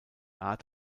art